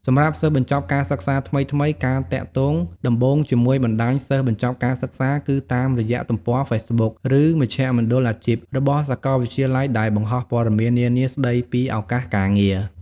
សម្រាប់សិស្សបញ្ចប់ការសិក្សាថ្មីៗ ការទាក់ទងដំបូងជាមួយបណ្តាញសិស្សបញ្ចប់ការសិក្សាគឺតាមរយៈទំព័រហ្វេសប៊ុក ឬ “មជ្ឈមណ្ឌលអាជីព” របស់សាកលវិទ្យាល័យដែលបង្ហោះព័ត៌មាននានាស្ដីពីឱកាសការងារ។